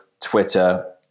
Twitter